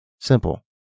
Simple